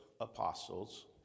apostles